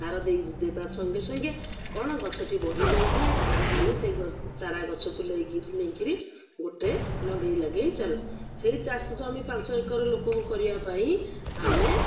ଧାର ଦେଇ ଦେବା ସଙ୍ଗେ ସଙ୍ଗେ କ'ଣ ଗଛଟି ବଢ଼ି ଯାଇଥାଏ ଆମେ ସେଇ ଚାରା ଗଛକୁ ନେଇ କରି ନେଇ କରି ଗୋଟେ ଲଗାଇ ଲଗାଇ ଚାଲୁ ସେଇ ଚାଷ ଜମି ପାଞ୍ଚ ଏକର ଲୋକ କରିବା ପାଇଁ ଆମେ